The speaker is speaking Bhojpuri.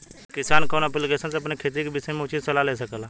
किसान कवन ऐप्लिकेशन से अपने खेती के विषय मे उचित सलाह ले सकेला?